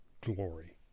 glory